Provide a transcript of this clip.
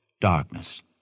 darkness